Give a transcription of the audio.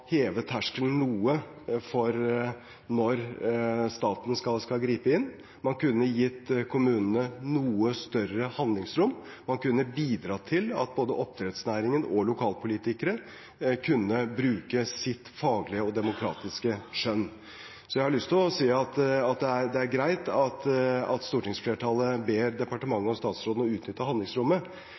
heve terskelen noe for når staten skal gripe inn. Man kunne gitt kommunene noe større handlingsrom. Man kunne bidratt til at både oppdrettsnæringen og lokalpolitikere kunne bruke sitt faglige og demokratiske skjønn. Så jeg har lyst til å si at det er greit at stortingsflertallet ber departementet og statsråden å utnytte handlingsrommet,